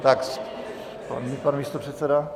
Tak pan místopředseda.